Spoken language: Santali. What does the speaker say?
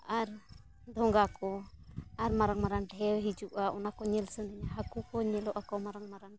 ᱟᱨ ᱫᱷᱚᱸᱜᱟ ᱠᱚ ᱟᱨ ᱢᱟᱨᱟᱝ ᱢᱟᱨᱟᱝ ᱰᱷᱮᱣ ᱦᱤᱡᱩᱜᱼᱟ ᱚᱱᱟ ᱠᱚ ᱧᱮᱞ ᱥᱟᱹᱫᱤᱧᱟ ᱦᱟᱹᱠᱩ ᱠᱚ ᱧᱮᱞᱚᱜ ᱟᱠᱚ ᱢᱟᱨᱟᱝ ᱢᱟᱨᱟᱝ